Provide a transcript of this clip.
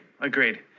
Agreed